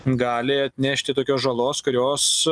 gali atnešti tokios žalos kurios